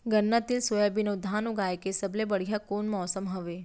गन्ना, तिल, सोयाबीन अऊ धान उगाए के सबले बढ़िया कोन मौसम हवये?